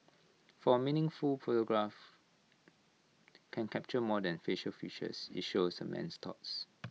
for A meaningful photograph can capture more than facial features IT shows A man's thoughts